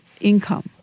Income